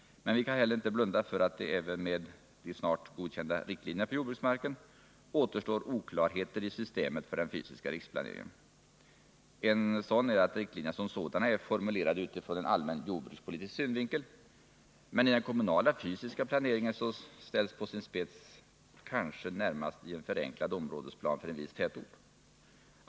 Men vi kan inte heller blunda för att det även med de snart godkända riktlinjerna för jordbruksmarken återstår oklarheter i systemet för den fysiska riksplaneringen. En sådan är att riktlinjerna i sig är formulerade utifrån en allmän jordbrukspolitisk synvinkel men i den kommunala fysiska planeringen ställs på sin spets, kanske närmast i en förenklad områdesplan för en viss tätort.